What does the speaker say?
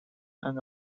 and